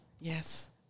yes